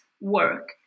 work